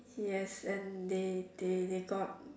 yes and they they they got